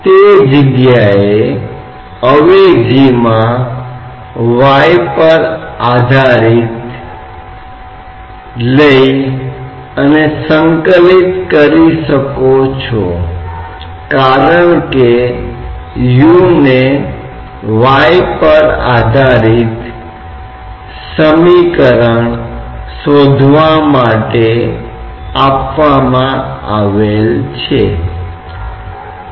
तो यदि वाष्प का दबाव है तो आप वायुमंडलीय दबाव के आकलन के लिए का उपयोग नहीं कर सकते हैं लेकिन हमें वाष्प की उपस्थिति के कारण एक सुधार करना होगा और यह तापमान का फंक्शन है क्योंकि वाष्प दबाव तापमान के साथ बदलता रहता है